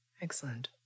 Excellent